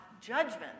judgment